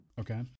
Okay